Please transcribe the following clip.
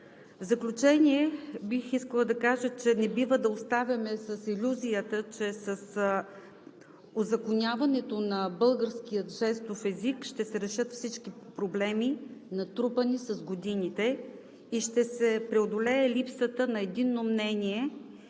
В заключение, бих искала да кажа, че не бива да оставаме с илюзията, че с узаконяването на българския жестов език ще се решат всички проблеми, натрупани с годините, и ще се преодолее липсата на единно мнение